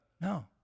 No